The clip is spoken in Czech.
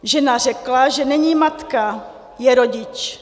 Žena řekla, že není matka, je rodič.